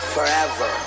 Forever